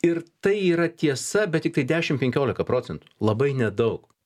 ir tai yra tiesa bet tiktai dešim penkiolika procentų labai nedaug